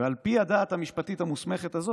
"על פי הדעת המשפטית המוסמכת הזאת,